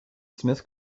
smith